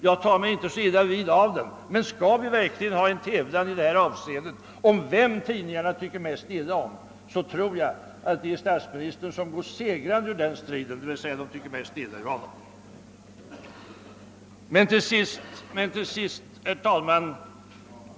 Jag tar inte så illa vid mig, men skall vi ha en tävlan om vem tidningarna tycker mest illa om i denna fråga tror jag att statsministern går segrande ur den striden, d. v. s. de tycker mest illa om honom.